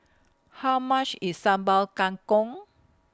How much IS Sambal Kangkong